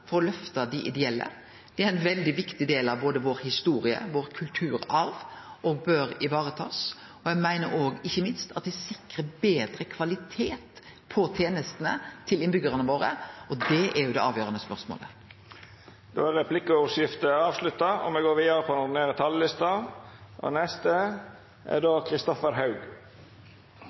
løysingar og løfta dei ideelle. Dei er ein veldig viktig del av både vår historie og vår kulturarv og bør varetakast. Ikkje minst sikrar dei betre kvalitet på tenestene til innbyggjarane våre, og det er det avgjerande spørsmålet. Replikkordskiftet er avslutta. På vegne av Miljøpartiet De Grønne vil jeg gratulere Høyre, Fremskrittspartiet og